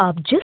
hello